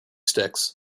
sticks